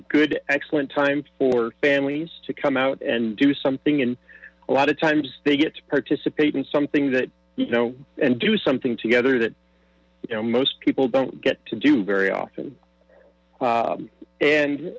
good excellent time for families to come out and do something and a lot of times they get to participate in something that you know and do something together that you know most people don't get to do very often